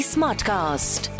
Smartcast